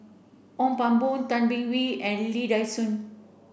Ong Pang Boon Tay Bin Wee and Lee Dai Soh